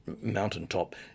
mountaintop